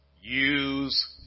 use